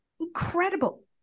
Incredible